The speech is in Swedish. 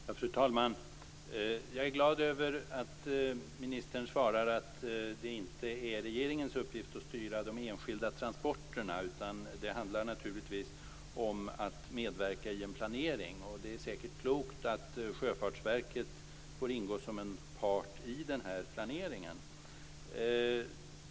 Fru talman! Jag glad över att ministern svarar att det inte är regeringens uppgift att styra de enskilda transporterna. Det handlar naturligtvis om att medverka i en planering. Det är säkert klokt att Sjöfartsverket får ingå som en part i den här planeringen.